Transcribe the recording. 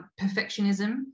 perfectionism